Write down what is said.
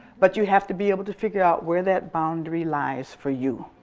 but you have to be able to figure out where that boundary lies for you.